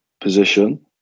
position